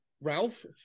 Ralph